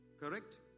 Correct